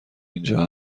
اینجا